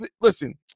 listen